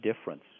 difference